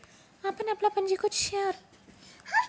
आपण आपला पंजीकृत शेयर दुसरासले ईकू शकतस का?